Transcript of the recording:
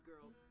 girls